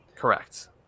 correct